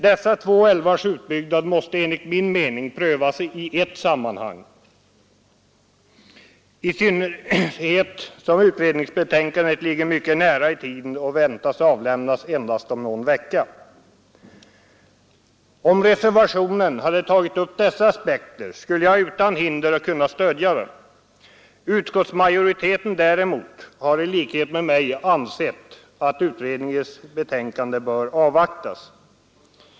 Dessa två älvars utbyggnad måste enligt min mening prövas i ett sammanhang, i synnerhet som man väntar att utredningsbetänkandet skall avlämnas om endast någon vecka. Om reservationen hade tagit upp dessa aspekter skulle jag utan vidare ha kunnat stödja den. Utskottsmajoriteten har i likhet med mig ansett att utredningens betänkande bör avvaktas.